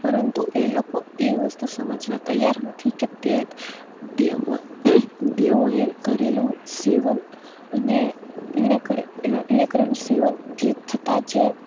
પરંતુ એ લોકો એ વસ્તુ સમજવા તૈયાર નથી કે તે દેવો દેવોએ કરેલું સેવન અને તેણે કરે એણે કરેલું સેવનથી થતા જે